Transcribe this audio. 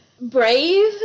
brave